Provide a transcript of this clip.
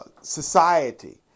society